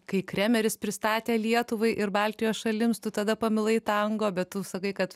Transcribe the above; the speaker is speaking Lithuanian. kai kremeris pristatė lietuvai ir baltijos šalims tu tada pamilai tango bet tu sakai kad